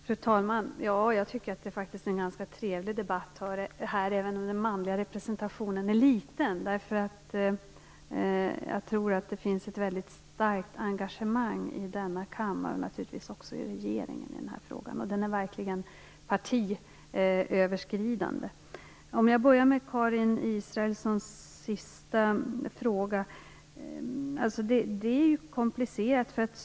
Fru talman! Jag tycker att det är en ganska trevlig debatt här, även om den manliga representationen är liten. Jag tror att det finns ett väldigt starkt engagemang i den här frågan i denna kammare och naturligtvis också i regeringen, och det är verkligen partiöverskridande. Jag kan börja med det Karin Israelsson tog upp sist. Detta är komplicerat.